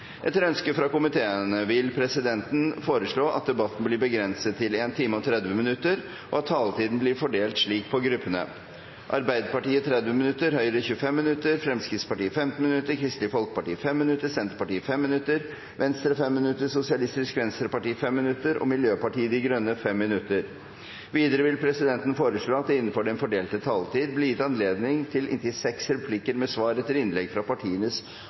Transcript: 30 minutter og at taletiden blir fordelt slik på gruppene: Arbeiderpartiet 30 minutter, Høyre 25 minutter, Fremskrittspartiet 15 minutter, Kristelig Folkeparti 5 minutter, Senterpartiet 5 minutter, Venstre 5 minutter, Sosialistisk Venstreparti 5 minutter og Miljøpartiet De Grønne 5 minutter. Videre vil presidenten foreslå at det blir gitt anledning til inntil seks replikker med svar etter innlegg fra partienes